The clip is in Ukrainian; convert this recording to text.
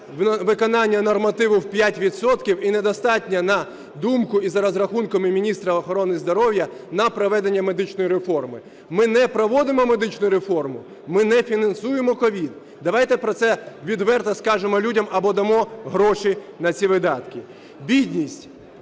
виконання нормативу в 5 відсотків і недостатньо, на думку і за розрахунками міністра охорони здоров'я, на проведення медичної реформи. Ми не проводимо медичну реформу, ми не фінансуємо COVID? Давайте про це відверто скажемо людям або дамо гроші на ці видатки. Бідність.